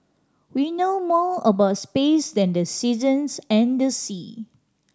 we know more about space than the seasons and the sea